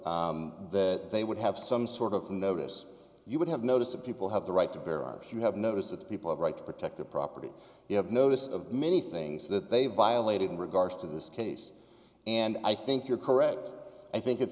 show that they would have some sort of the notice you would have notice of people have the right to bear arms you have notice that the people have right to protect their property you have notice of many things that they violated in regards to this case and i think you're correct i think it's